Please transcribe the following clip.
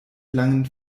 langen